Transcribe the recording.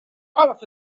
تعرف